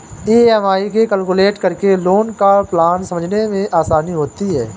EMI calculate करके loan का plan समझने में आसानी होती है